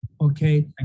Okay